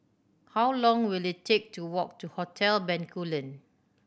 how long will it take to walk to Hotel Bencoolen